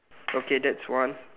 okay that's one